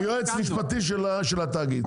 היועץ המשפטי של התאגיד.